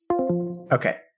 Okay